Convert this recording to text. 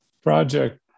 project